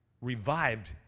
Revived